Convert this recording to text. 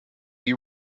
you